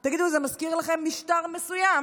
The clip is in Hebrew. תגידו, זה מזכיר לכם משטר מסוים?